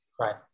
Right